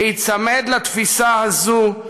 להיצמד לתפיסה הזאת,